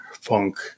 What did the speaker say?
funk